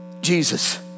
Jesus